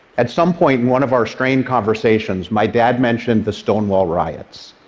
at some point, in one of our strained conversations, my dad mentioned the stonewall riots.